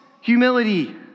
humility